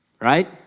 right